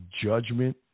judgment